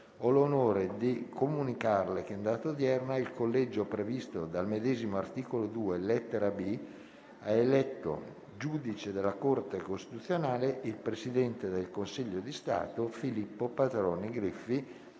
ho l'onore di comunicarLe che in data odierna il Collegio previsto dal medesimo articolo 2, lettera *b*), ha eletto giudice della Corte costituzionale il Presidente del Consiglio di Stato Filippo Patroni Griffi.